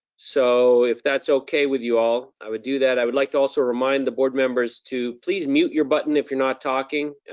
so if that's okay with you all, i would do that. i would like also remind the board members to please mute your button if you're not talking.